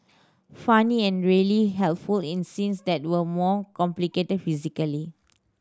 funny and really helpful in scenes that were more complicated physically